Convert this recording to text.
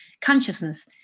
consciousness